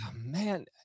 Man